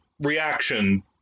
reaction